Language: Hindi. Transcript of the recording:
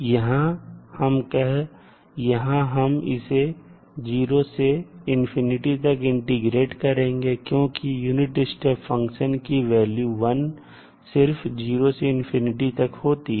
यहां भी हम इसे 0 से तक इंटीग्रेट करेंगे क्योंकि यूनिट स्टेप फंक्शन की वैल्यू 1 सिर्फ 0 से तक होती है